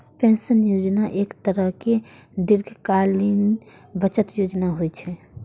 pension योजना एक तरहक दीर्घकालीन बचत योजना होइ छै